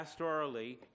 pastorally